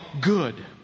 good